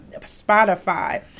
spotify